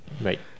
Right